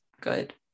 good